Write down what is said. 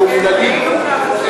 זה, עובדתית.